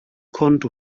konto